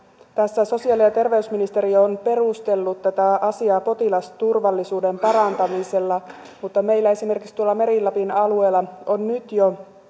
tässä sosiaali ja terveysministeriö on perustellut tätä asiaa potilasturvallisuuden parantamisella mutta meillä esimerkiksi tuolla meri lapin alueella ovat nyt jo